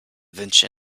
wünsche